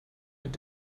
mit